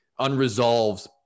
unresolved